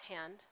hand